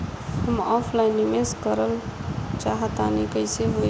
हम ऑफलाइन निवेस करलऽ चाह तनि कइसे होई?